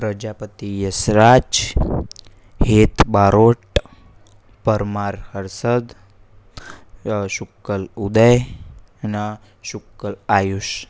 પ્રજાપતિ યશરાજ હેત બારોટ પરમાર હર્ષદ શુક્લ ઉદય અન શુક્લ આયુષ